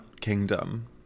kingdom